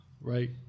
right